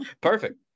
Perfect